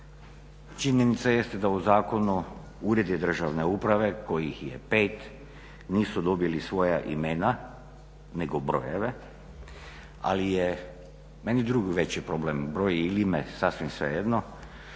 Činjenica jeste da u zakonu uredi državne uprave kojih je pet nisu dobili svoja imena nego brojeve, ali je meni drugi već problem, broj ili ime sasvim svejedno,